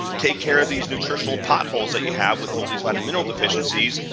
take care of these nutritional potholes that you have with all these vitamineral deficiencies,